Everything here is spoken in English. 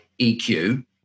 EQ